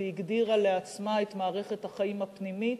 והגדירה לעצמה את מערכת החיים הפנימית,